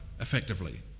effectively